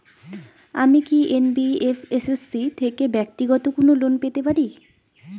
আমি কি এন.বি.এফ.এস.সি থেকে ব্যাক্তিগত কোনো লোন পেতে পারি?